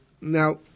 now